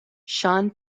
sean